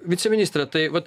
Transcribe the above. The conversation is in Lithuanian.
viceministre tai vat